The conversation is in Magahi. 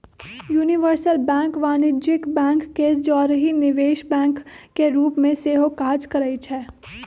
यूनिवर्सल बैंक वाणिज्यिक बैंक के जौरही निवेश बैंक के रूप में सेहो काज करइ छै